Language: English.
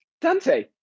Dante